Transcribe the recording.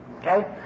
okay